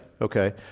Okay